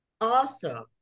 Awesome